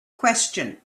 question